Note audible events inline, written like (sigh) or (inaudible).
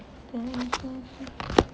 (noise)